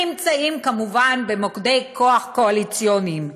הנמצאים כמובן במוקדי כוח קואליציוניים,